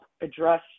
address